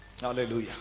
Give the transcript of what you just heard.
Hallelujah